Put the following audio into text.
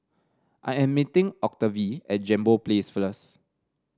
I am meeting Octavie at Jambol Place first